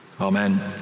Amen